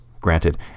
Granted